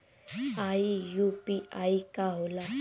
ई यू.पी.आई का होला?